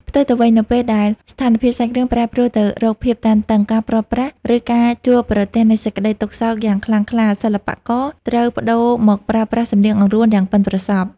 ផ្ទុយទៅវិញ នៅពេលដែលស្ថានភាពសាច់រឿងប្រែប្រួលទៅរកភាពតានតឹង ការព្រាត់ប្រាស ឬការជួបប្រទះនឹងសេចក្តីទុក្ខសោកយ៉ាងខ្លាំងក្លា សិល្បករត្រូវប្តូរមកប្រើប្រាស់ សំនៀងអង្រួន យ៉ាងប៉ិនប្រសប់។